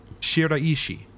Shiraishi